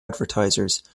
advertisers